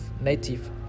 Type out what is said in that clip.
native